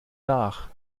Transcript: nach